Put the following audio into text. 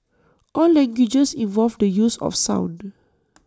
all languages involve the use of sound